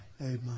Amen